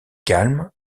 calme